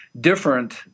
different